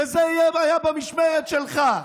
וזה היה במשמרת שלך.